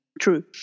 True